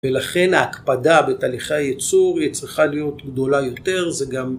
ולכן ההקפדה בתהליכי ייצור היא צריכה להיות גדולה יותר, זה גם..